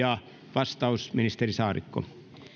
vastaus ministeri saarikko